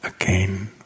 again